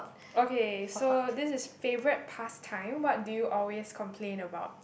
okay so this is favourite pastime what do you always complain about